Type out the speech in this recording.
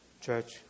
church